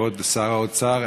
כבוד שר האוצר,